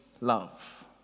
love